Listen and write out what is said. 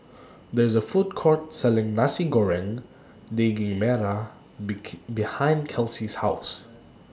There IS A Food Court Selling Nasi Goreng Daging Merah behind Kelsi's House